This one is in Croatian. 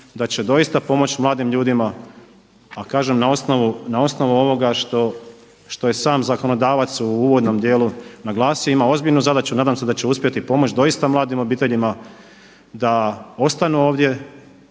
da će doista pomoći mladim ljudima, a kažem na osnovu ovoga što je sam zakonodavac u uvodnom dijelu naglasio ima ozbiljnu zadaću, nadam se da će uspjeti pomoć doista mladim obiteljima da ostanu ovdje,